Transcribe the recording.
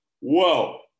whoa